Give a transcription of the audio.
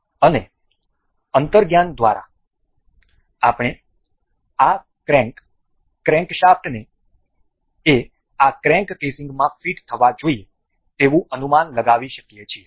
અને અંતર્જ્ઞાન દ્વારા આપણે આ ક્રેંક ક્રેંકશાફ્ટએ આ ક્રેન્ક કેસીંગમાં ફીટ થવા જોઈએ તેવું અનુમાન લગાવી શકીએ છીએ